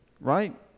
right